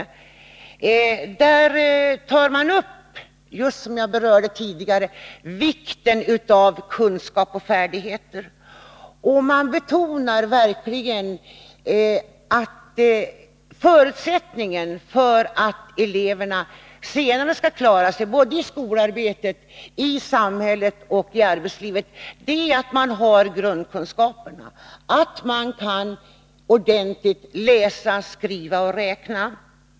I den tar man upp just vad jag berörde tidigare, nämligen vikten av kunskaper och färdigheter. Man betonar verkligen att förutsättningen för att eleverna senare skall klara sig i skolarbetet, i samhället och i arbetslivet är att de har grundkunskaper och ordentligt kan läsa, skriva och räkna.